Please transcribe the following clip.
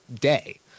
day